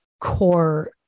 core